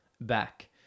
back